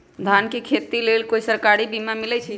धान के खेती के लेल कोइ सरकारी बीमा मलैछई?